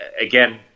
again